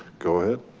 go ahead.